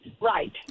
Right